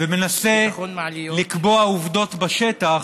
ומנסה לקבוע עובדות בשטח,